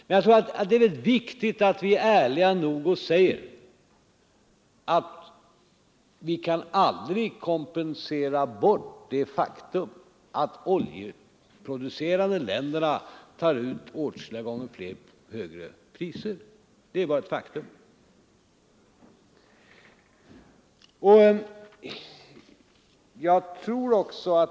Men jag tror det är väldigt viktigt att vi är ärliga nog att säga, att vi aldrig kan kompensera bort det faktum att de oljeproducerande länderna tar ut åtskilliga gånger högre priser. Det är bara ett faktum.